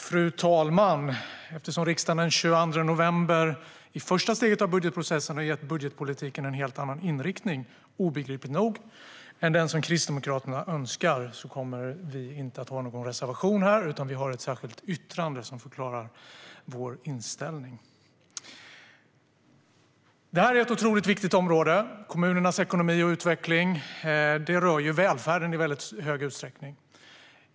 Fru talman! Den 22 november, i första steget av budgetprocessen, gav obegripligt nog riksdagen budgetpolitiken en helt annan inriktning än den som Kristdemokraterna önskar. Vi har dock ingen reservation utan har i stället ett särskilt yttrande som förklarar vår inställning. Det här är ett otroligt viktigt område. Kommunernas ekonomi och utveckling rör välfärden i väldigt hög utsträckning.